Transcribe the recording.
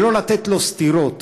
ולא לתת לו סטירות.